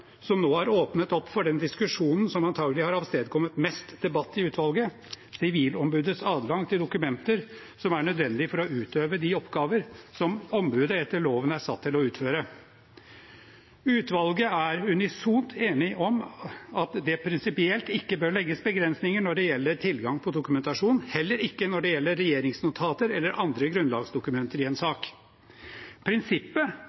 som nå er åpnet opp for diskusjonen som antakelig har avstedkommet mest debatt i utvalget – sivilombudets adgang til dokumenter som er nødvendige for å utøve de oppgaver som ombudet etter loven er satt til å utføre. Utvalget er unisont enig om at det prinsipielt ikke bør legges begrensninger når det gjelder tilgang på dokumentasjon, heller ikke når det gjelder regjeringsnotater eller andre grunnlagsdokumenter i en sak. Prinsippet